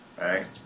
right